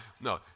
no